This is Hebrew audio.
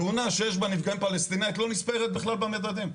תאונה שיש בה נפגעים פלסטינים לא נספרת בכלל במדדים.